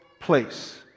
place